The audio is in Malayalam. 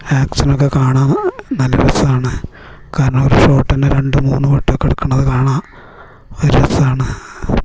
ആക്ഷനൊക്കെ കാണാൻ നല്ല രസമാണ് കാരണം ഫോട്ടോന്നെ രണ്ട് മൂന്ന് വട്ടമൊക്കെ എടുക്കണത് കാണാൻ ഒരു രസമാണ്